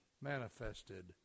manifested